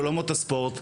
לעולמות הספורט,